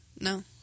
No